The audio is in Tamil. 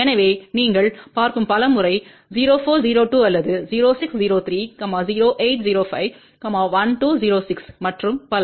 எனவே நீங்கள் பார்க்கும் பல முறை 0402 அல்லது 0603 0805 1206 மற்றும் பல